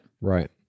Right